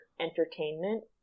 entertainment